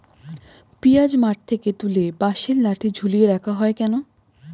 পিঁয়াজ মাঠ থেকে তুলে বাঁশের লাঠি ঝুলিয়ে রাখা হয় কেন?